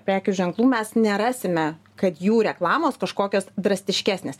prekių ženklų mes nerasime kad jų reklamos kažkokios drastiškesnės